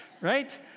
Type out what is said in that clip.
right